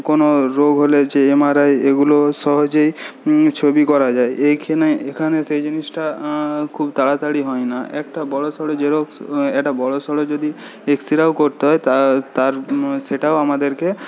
কোন রোগ হলে যে এমআরআই এগুলো সহজেই ছবি করা যায় এইখানে এখানে সেই জিনিসটা খুব তাড়াতাড়ি হয় না একটা বড়সড় জেরক্স একটা বড়সড় যদি এক্সরেও করতে হয় তাহলে তার সেটাও আমাদেরকে